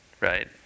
right